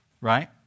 right